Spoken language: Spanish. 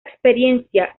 experiencia